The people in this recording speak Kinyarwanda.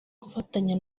gufatanya